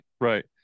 right